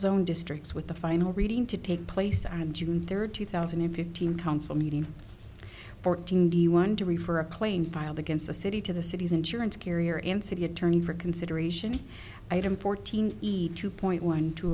zone districts with the final reading to take place on june third two thousand and fifteen council meeting fourteen the one to refer a claim filed against the city to the city's insurance carrier and city attorney for consideration item fourteen e two point one t